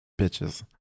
Bitches